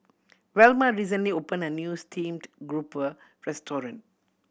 Velma recently opened a new steamed grouper restaurant